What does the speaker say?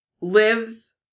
lives